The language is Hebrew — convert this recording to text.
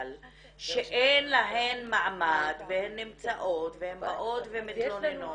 שאין להן מעמד והן נמצאות והן באות ומתלוננות,